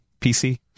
PC